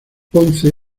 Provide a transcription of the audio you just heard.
ponce